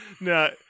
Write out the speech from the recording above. No